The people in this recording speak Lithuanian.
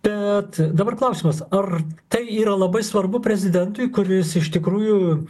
bet dabar klausimas ar tai yra labai svarbu prezidentui kuris iš tikrųjų